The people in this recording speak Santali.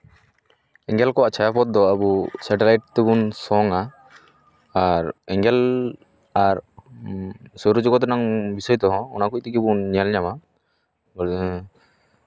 ᱮᱸᱜᱮᱞ ᱠᱚᱣᱟᱜ ᱪᱷᱟᱭᱟ ᱯᱚᱛᱷ ᱫᱚ ᱟᱵᱚ ᱥᱮᱴᱮᱞᱟᱭᱤᱴ ᱛᱮᱵᱚᱱ ᱥᱚᱝᱼᱟ ᱟᱨ ᱮᱸᱜᱮᱞ ᱟᱨ ᱥᱳᱣᱨᱚᱡᱚᱜᱚᱛ ᱨᱮᱱᱟᱜ ᱵᱤᱥᱚᱭ ᱛᱚ ᱚᱱᱟᱠᱚ ᱛᱮᱜᱮ ᱵᱚᱱ ᱧᱮᱞ ᱧᱟᱢᱟ ᱦᱮᱸ